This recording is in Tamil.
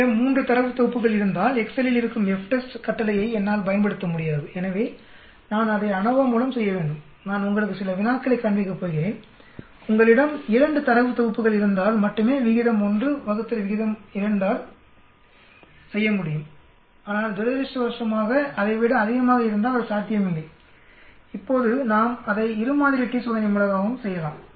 என்னிடம் 3 தரவுத் தொகுப்புகள் இருந்தால் எக்செல் இல் இருக்கும் FTEST கட்டளையை என்னால் பயன்படுத்த முடியாது எனவே நான் அதை அநோவா மூலம் செய்ய வேண்டும் நான் உங்களுக்கு சில வினாக்களை காண்பிக்கப்போகிறேன் உங்களிடம் 2 தரவுத் தொகுப்புகள் இருந்தால் மட்டுமே விகிதம் 1 விகிதம் 2 ஆல் வகுக்கமுடியும் ஆனால் துரதிர்ஷ்டவசமாக அதை விட அதிகமாக இருந்தால் அது சாத்தியமில்லை இப்போது நாம் அதை இரு மாதிரி t சோதனை மூலமாகவும் செய்யலாம்